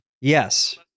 Yes